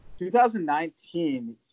2019